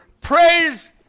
Praise